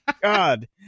God